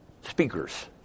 speakers